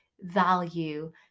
value